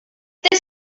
this